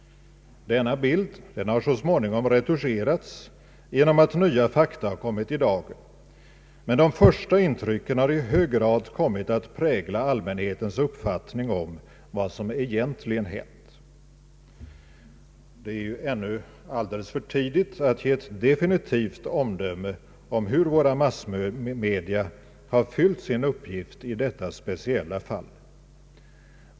Denna bild har så småningom retuscherats genom att nya fakta kommit i dagen. Men de första intrycken har i hög grad kommit att prägla allmänhetens uppfattning om vad som egentligen hänt. Det är ännu alltför tidigt att ge ett definitivt omdöme om hur våra massmedia fyllt sin uppgift i detta speciella fall.